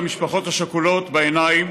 השכולות בעיניים,